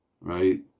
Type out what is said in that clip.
right